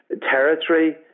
territory